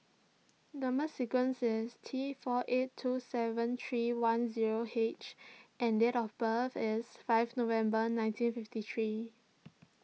Number Sequence is T four eight two seven three one zero H and date of birth is five November nineteen fifty three